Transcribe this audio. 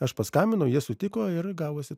aš paskambinau jie sutiko ir gavosi